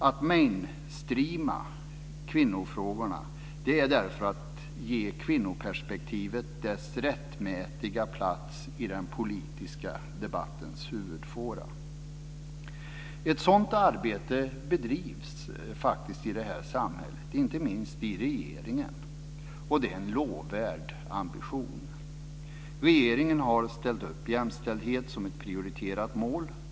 Att "mainstreama" kvinnofrågorna är därför att ge kvinnoperspektivet dess rättmätiga plats i den politiska debattens huvudfåra. Ett sådant arbete bedrivs i samhället, och inte minst i regeringen. Det är en lovvärd ambition. Regeringen har ställt upp jämställdhet som ett prioriterat mål.